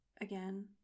again